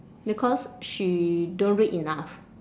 because she don't read enough